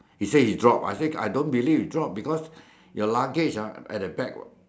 he say he drop I say I don't believe he dropped because your luggage ah at the back [what]